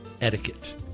etiquette